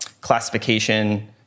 classification